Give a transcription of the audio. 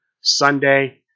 Sunday